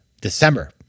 December